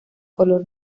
color